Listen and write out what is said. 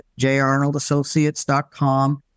jarnoldassociates.com